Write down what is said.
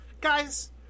Guys